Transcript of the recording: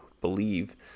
believe